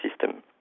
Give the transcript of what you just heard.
system